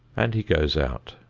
and he goes out.